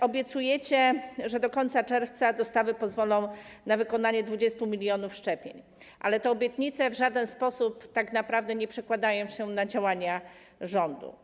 Obiecujecie, że do końca czerwca dostawy pozwolą na wykonanie 20 mln szczepień, ale te obietnice w żaden sposób tak naprawdę nie przekładają się na działania rządu.